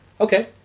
Okay